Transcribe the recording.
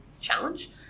challenge